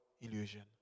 illusion